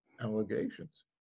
allegations